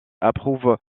approuve